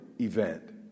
event